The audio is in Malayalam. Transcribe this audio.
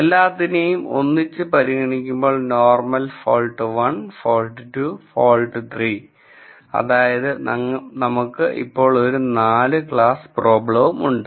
എല്ലാതിനെയും ഒന്നിച്ച് പരിഗണിക്കുമ്പോൾ നോർമൽ ഫോൾട് 1 ഫോൾട് 2 ഫോൾട് 3 അതായത് നമുക്ക് ഇപ്പോൾ ഒരു 4 ക്ലാസ് പ്രോബ്ളവും ഉണ്ട്